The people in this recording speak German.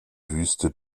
wüste